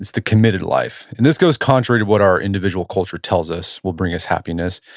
the committed life. and this goes contrary to what our individual culture tells us will bring us happiness.